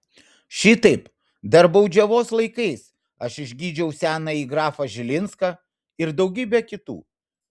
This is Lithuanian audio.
šitaip dar baudžiavos laikais aš išgydžiau senąjį grafą žilinską ir daugybę kitų